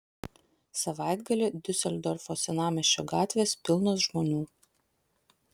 savaitgalį diuseldorfo senamiesčio gatvės pilnos žmonių